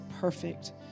perfect